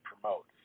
promote